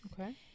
Okay